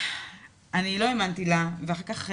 אני לא האמנתי לה ואחר כך,